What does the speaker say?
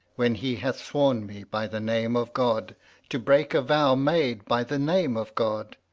when he hath sworn me by the name of god to break a vow made by the name of god.